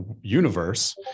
universe